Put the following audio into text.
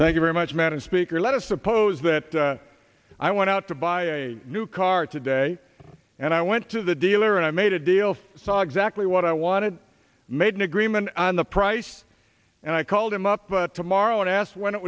thank you very much madam speaker let us suppose that i went out to buy a new car today and i went to the dealer and i made a deal for saw exactly what i wanted made an agreement on the price and i called him up tomorrow and asked when it